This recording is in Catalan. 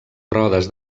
rodes